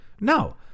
No